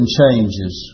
changes